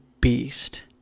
beast